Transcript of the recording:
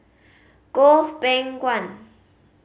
Goh Beng Kwan